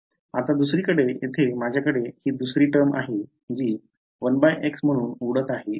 आता दुसरीकडे येथे माझ्याकडे ही दुसरी टर्म आहे जी 1 x म्हणून उडत आहे